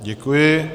Děkuji.